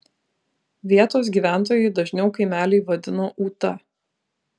vietos gyventojai dažniau kaimelį vadino ūta